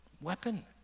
weapon